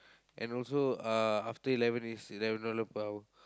and also uh after eleven means eleven dollar per hour